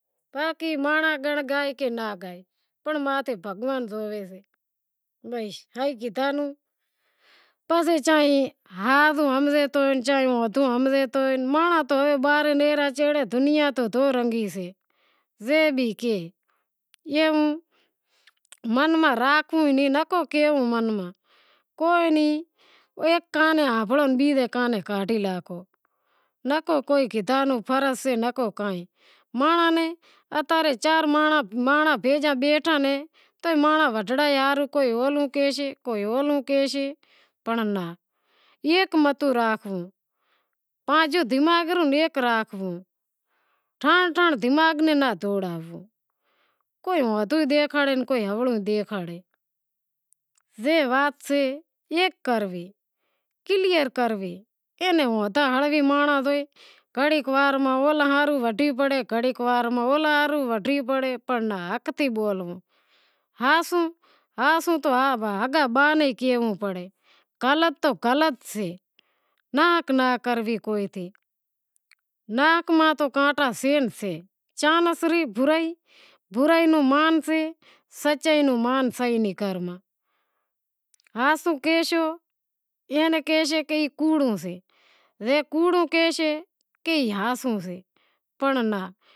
باقی مانڑاں گنڑ گائیں کہ ناں گائیں پنڑ ماتھے بھگوان زوئے ریو، پسے چائیں ہازو ہمزے تو ئے چائیں اوتو ہمزے توئے مانڑاں تو دنیا تو دو رنگی سے زے بھی کہے ای من ماں راکھنڑو ئی ناں کوئی نیں ایک کانیں ہنبھڑو بیزے کانیں کاڈھی ناکھو، نکو کو کیدھاں رو فرض سے نکو کائیں، مانڑاں نیں اتا رے چار مانڑاں بھیجا بیٹھا نیں تو ئے مانڑوں وڈھڑائے ہاروں کوئی اولوں کہیشے کوئی اولوں کہیشے پنڑ ناں، ایک مت راکھو، پانجو دماغ نو ایک راکھو، کوئی مدو دیکھواڑے کوئی ہوڑو دیکھواڑے اے وات سے ایک کرنڑی، کلیئر کرنووی، کوئی گھڑی اولاں ہاروں وڈی پڑے گھڑے اولاں ہاروں وڈھی پڑے پنڑ ناں حق تی بولو، ہاس تو ہاس سے ہگا با نوں کہنڑوں پڑے غلط تو غلط سے ناحق میں تو کانٹا سے ئی سے چانس ری برائی نو مان سے سچائی رو مان سے ئی ناں ہاسو کہیشو اینے کہیشے کہ کوڑو سے زے کوڑو کہیشے تو کہیشے ای ہاسو شے